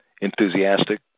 enthusiastic